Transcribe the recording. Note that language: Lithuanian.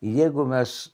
ir jeigu mes